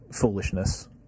foolishness